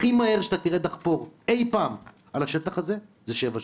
הכי מהר שתראה דחפור אי פעם על השטח הזה זה שבע שנים.